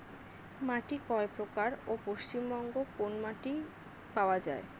মাটি কয় প্রকার ও পশ্চিমবঙ্গ কোন মাটি পাওয়া য়ায়?